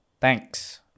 Thanks